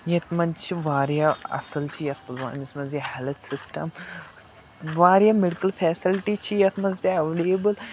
یَتھ منٛز چھِ واریاہ اَصٕل چھِ یَتھ پُلوٲمِس منٛز یہِ ہٮ۪لٕتھ سِسٹَم واریاہ مٮ۪ڈِکَل فیسَلٹی چھِ یَتھ منٛز تہِ اٮ۪ولیبٕل